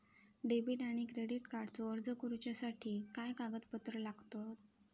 Debit आणि credit कार्डचो अर्ज करुच्यासाठी काय कागदपत्र लागतत?